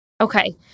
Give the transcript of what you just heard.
Okay